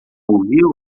ouviu